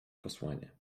posłanie